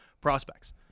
prospects